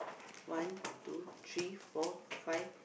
one two three four five